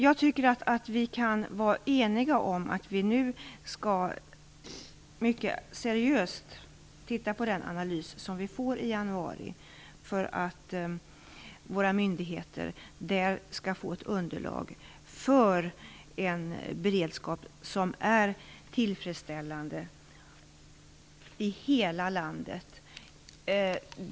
Jag tycker att vi kan vara eniga om att vi nu mycket seriöst skall titta på den analys som vi får i januari, så att våra myndigheter får ett underlag för en beredskap som är tillfredsställande i hela landet.